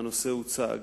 והנושא הוצג,